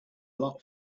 lot